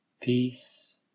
Peace